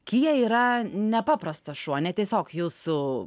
kija yra nepaprastas šuo ne tiesiog jūsų